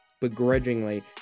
begrudgingly